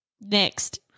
Next